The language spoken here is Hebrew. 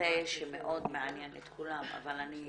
נושא שמאוד מעניין את כולם אבל אנחנו